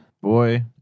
Boy